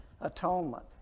Atonement